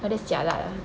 that's jialat ah